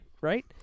right